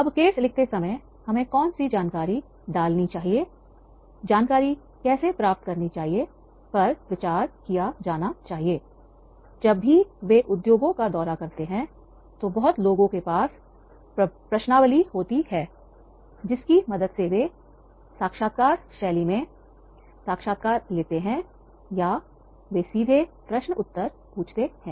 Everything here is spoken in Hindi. अब केस लिखते समय हमें कौन सी जानकारी डालनी चाहिए जानकारी कैसे प्राप्त करनी चाहिए पर विचार किया जाना चाहिएजब भी वे उद्योगों का दौरा करते हैं तो बहुत लोगों के पास प्रश्नावली होती है जिसकी मदद से वे साक्षात्कार शैली में साक्षात्कार लेते हैं या वे सीधे प्रश्न उत्तर पूछते हैं